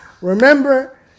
Remember